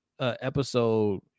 episode